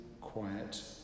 quiet